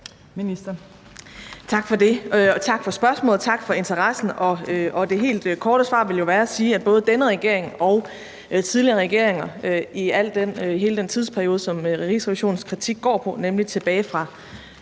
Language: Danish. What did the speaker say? tak for spørgsmålet og for interessen. Det helt korte svar ville jo være at sige, at både denne regering og tidligere regeringer i hele den tidsperiode, som Rigsrevisionens kritik går på, nemlig tilbage fra